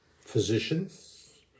physicians